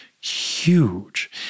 huge